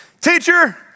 Teacher